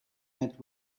met